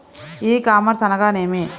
ఈ కామర్స్ అనగా నేమి?